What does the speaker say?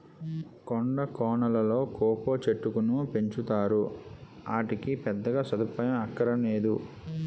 కొండా కోనలలో కోకా చెట్టుకును పెంచుతారు, ఆటికి పెద్దగా సదుపాయం అక్కరనేదు